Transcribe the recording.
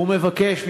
ומבקש ממך,